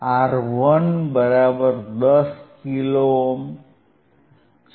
R1 બરાબર 10 kilo ohm છે